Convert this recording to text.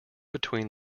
between